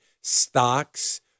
stocks